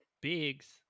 bigs